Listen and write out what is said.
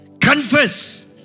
Confess